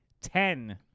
Ten